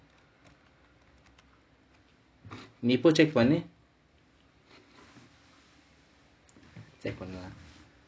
நீ போய்:nee poi check பண்ணு:pannu